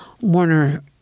Warner